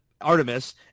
artemis